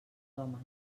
homes